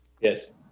Yes